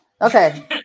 okay